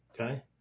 Okay